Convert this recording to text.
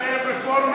רפורמה,